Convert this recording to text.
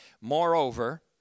Moreover